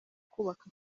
kubaka